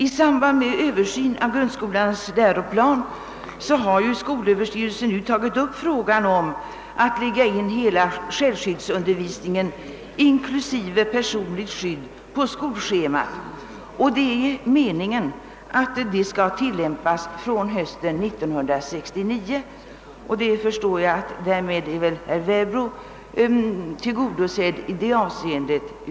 I samband med översynen av grundskolans läroplan har skolöverstyrelsen nu tagit upp frågan om att lägga in hela självskyddsundervisningen inklusive personligt skydd på skolschemat, och det är meningen att tillämpningen skall börja från och med hösten 1969. Herr Werbro får därmed sina önskemål tillgodosedda i det avseendet.